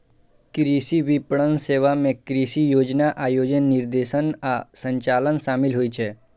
कृषि विपणन सेवा मे कृषि योजना, आयोजन, निर्देशन आ संचालन शामिल होइ छै